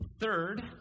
Third